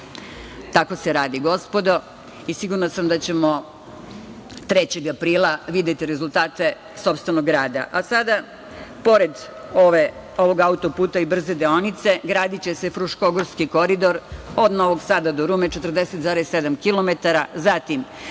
se radi, gospodo, i sigurna sam da ćemo 3. aprila videti rezultate sopstvenog rada. Sada, pored ovog autoputa i brze deonice, gradiće se Fruškogorski koridor od Novog Sada do Rume 47,7 kilometara, zatim